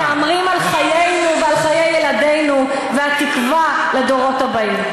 אתם מהמרים על חיינו ועל חיי ילדינו ועל התקווה לדורות הבאים.